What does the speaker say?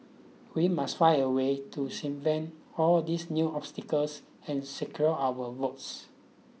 we must find a way to all these new obstacles and secure our votes